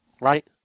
Right